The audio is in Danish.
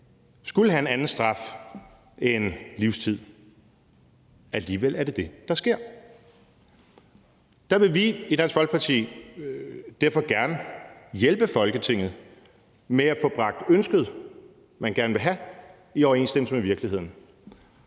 skulle have en anden straf end livstid. Alligevel er det det, der sker. Der vil vi i Dansk Folkeparti derfor gerne hjælpe Folketinget med at få bragt ønsket, man har, i overensstemmelse med virkeligheden.